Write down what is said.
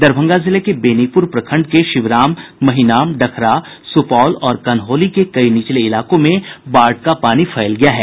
दरभंगा जिले के बेनीपुर प्रखंड के शिवराम महिनाम डखरा सुपौल और कन्हौली के कई निचले इलाकों में बाढ़ का पानी फैल गया है